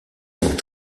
sont